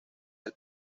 del